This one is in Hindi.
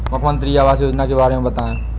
मुख्यमंत्री आवास योजना के बारे में बताए?